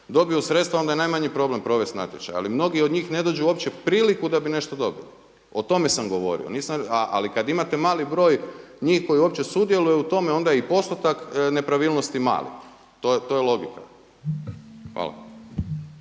dobiju sredstva onda je najmanji problem provesti natječaje, ali mnogi od njih ne dođu uopće u priliku da bi nešto dobili. O tome sam govorio. Ali kad imate mali broj njih koji uopće sudjeluje u tome onda je i postotak nepravilnosti mali. To je logika. Hvala.